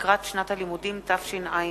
לקראת שנת הלימודים תשע"א.